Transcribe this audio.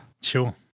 Sure